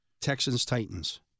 Texans-Titans